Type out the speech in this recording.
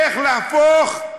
איך להפוך,